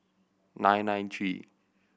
nine nine three